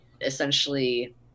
Essentially